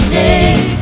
name